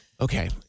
Okay